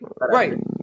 right